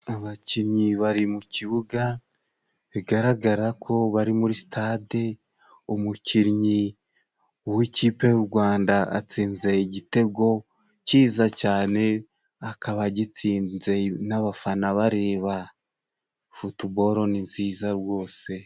Abakinnyi bari mu kibuga bigaragara ko bari muri sitade , umukinnyi w'ikipe y'Urwanda atsinze igitego cyiza akaba agitsinze n'abafana bareba . Futubolo ni nziza rwose!